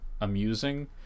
amusing